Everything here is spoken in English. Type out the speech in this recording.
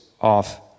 off